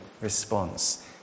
response